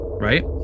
Right